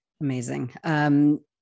Amazing